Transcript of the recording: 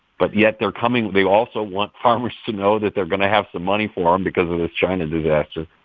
but yet they're coming they also want farmers to know that they're going to have some money for them because of this china disaster.